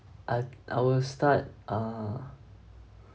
uh I will start err